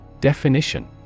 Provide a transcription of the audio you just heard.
Definition